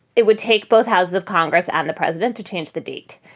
it would take both houses of congress and the president to change the date.